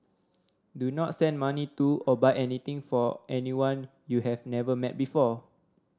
do not send money to or buy anything for anyone you have never met before